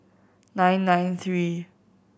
nine nine three